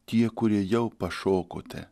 tie kurie jau pašokote